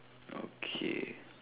okay